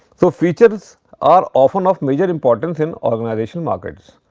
so, features are often of major importance in organizational markets.